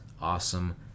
awesome